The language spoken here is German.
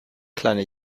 kleine